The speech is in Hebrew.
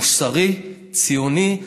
מוסרי, ציוני.